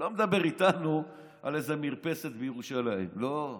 הוא לא מדבר איתנו על איזו מרפסת בירושלים, לא.